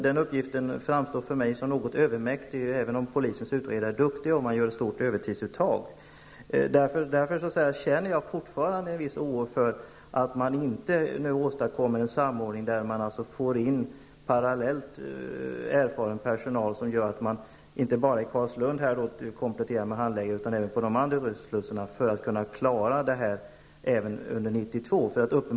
Den uppgiften framstår för mig som något övermäktig, även om polisens utredare är duktiga och man gör ett stort övertidsuttag. Därför känner jag fortfarande en viss oro för att vi inte klarar av det hela under 1992, om vi inte åstadkommer en samordning med erfaren personal parallellt från invandrarverket och polisen, vilket skulle göra att inte bara Carlslund utan även andra slussar skulle få en komplettering med handläggare.